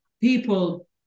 people